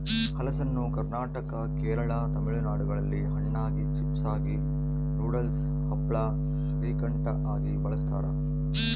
ಹಲಸನ್ನು ಕರ್ನಾಟಕ ಕೇರಳ ತಮಿಳುನಾಡುಗಳಲ್ಲಿ ಹಣ್ಣಾಗಿ, ಚಿಪ್ಸಾಗಿ, ನೂಡಲ್ಸ್, ಹಪ್ಪಳ, ಶ್ರೀಕಂಠ ಆಗಿ ಬಳಸ್ತಾರ